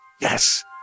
Yes